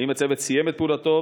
האם הצוות סיים את פעולתו?